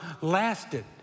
lasted